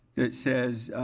that says